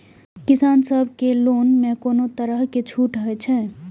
किसान सब के लोन में कोनो तरह के छूट हे छे?